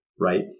right